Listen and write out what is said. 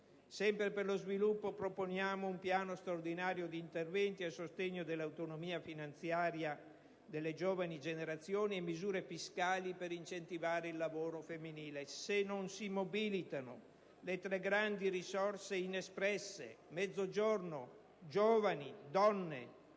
Sempre per lo sviluppo proponiamo un piano straordinario di interventi a sostegno dell'autonomia finanziaria per le giovani generazioni e misure fiscali per incentivare il lavoro femminile. Se non si mobilitano le tre grandi risorse inespresse, Mezzogiorno, giovani e donne,